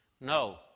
no